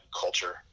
culture